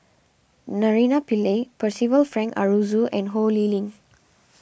Naraina Pillai Percival Frank Aroozoo and Ho Lee Ling